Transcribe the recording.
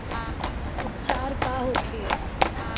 उपचार का होखे?